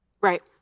Right